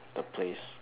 the place